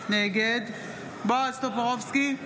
נגד בועז טופורובסקי,